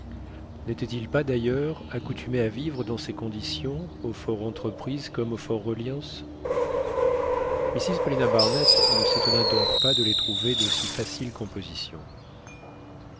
n'étaient-ils pas d'ailleurs accoutumés à vivre dans ces conditions au fort entreprise comme au fortreliance mrs paulina barnett ne s'étonna donc pas de les trouver d'aussi facile composition